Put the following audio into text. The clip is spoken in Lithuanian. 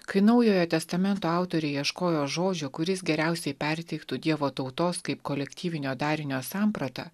kai naujojo testamento autoriai ieškojo žodžio kuris geriausiai perteiktų dievo tautos kaip kolektyvinio darinio sampratą